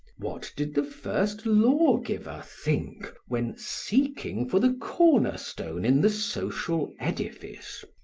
what did the first lawgiver think when, seeking for the corner-stone in the social edifice,